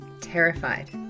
terrified